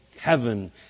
Heaven